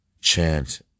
chant